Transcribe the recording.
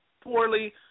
poorly